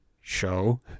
show